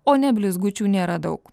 o ne blizgučių nėra daug